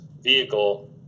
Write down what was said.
vehicle